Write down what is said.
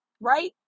right